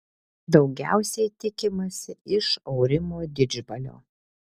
daugiausiai tikimasi iš aurimo didžbalio